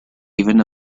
even